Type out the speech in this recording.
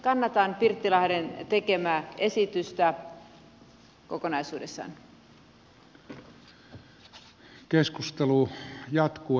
kannatan pirttilahden tekemää esitystä kokonaisuudessaan